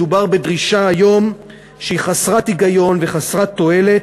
מדובר היום בדרישה שהיא חסרת היגיון וחסרת תועלת,